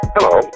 Hello